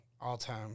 all-time